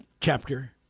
chapter